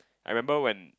I remember when